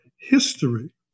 history